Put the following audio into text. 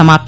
समाप्त